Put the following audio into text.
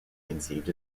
conceived